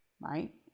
right